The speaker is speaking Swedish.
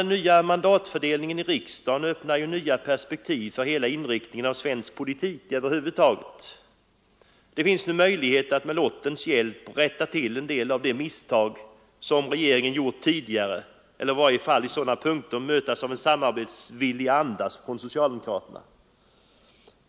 Den nya mandatfördelningen i riksdagen öppnar nya perspektiv för inriktningen av svensk politik över huvud taget. Det finns nu möjlighet att med lottens hjälp rätta till en del av de misstag som regeringen gjort tidigare eller i varje fall möjlighet att mötas av en samarbetsvillig anda från socialdemokraterna.